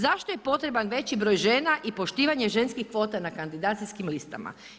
Zašto je potreban veći broj žena i poštivanje ženskih kvota na kandidacijskim listama?